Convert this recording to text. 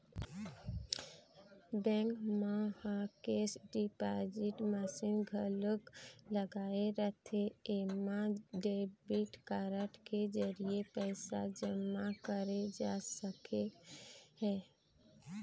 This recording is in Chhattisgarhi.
बेंक मन ह केस डिपाजिट मसीन घलोक लगाए रहिथे एमा डेबिट कारड के जरिए पइसा जमा करे जा सकत हे